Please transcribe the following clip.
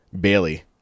Bailey